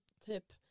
tip